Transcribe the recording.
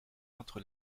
entre